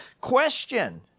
question